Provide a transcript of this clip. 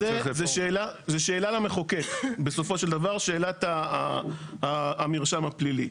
זו שאלה למחוקק בסופו של דבר שאלת המרשם הפלילי.